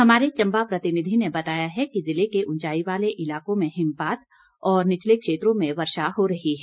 हमारे चंबा प्रतिनिधि ने बताया है कि जिले के उंचाई वाले इलाकों में हिमपात और निचले क्षेत्रों में वर्षा हो रही है